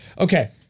Okay